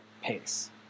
pace